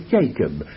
Jacob